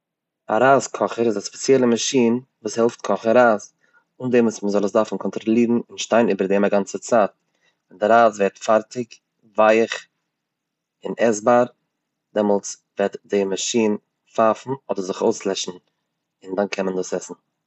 א רייז קאכער איז א ספעציעלע מאשין ואס העלפט קאכן רייז אן דעם וואס מ'זאל עס דארפן קאנטראלירן און שטיין איבער דעם א גאנצע צייט, די רייז ווערט פארטיג, ווייעך און עסבאר, דעמאלטס וועט די מאשין פייפן אדער זיך אויסלעשן און דאן קען מען דאס עסן.